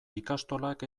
ikastolak